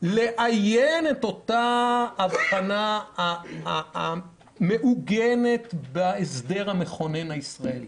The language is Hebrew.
לאיין את אותה אבחנה המעוגנת בהסדר המכונן הישראלי.